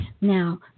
Now